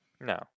No